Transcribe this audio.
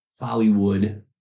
Hollywood